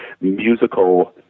musical